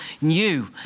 new